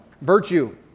virtue